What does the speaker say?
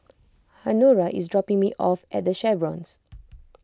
Honora is dropping me off at the Chevrons